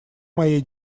моей